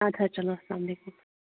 اَدٕ حظ چلو السلام علیکم